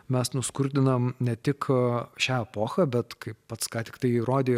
mes nuskurdinam ne tik šią epochą bet kaip pats ką tiktai įrodei